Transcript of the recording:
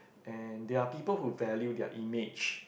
and there are people who value their image